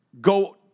go